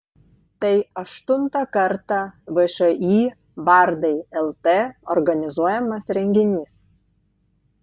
tai aštuntą kartą všį bardai lt organizuojamas renginys